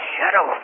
Shadow